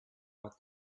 what